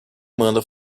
manda